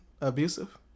abusive